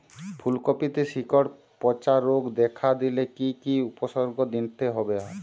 ফুলকপিতে শিকড় পচা রোগ দেখা দিলে কি কি উপসর্গ নিতে হয়?